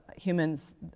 humans